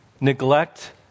neglect